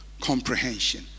Comprehension